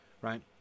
right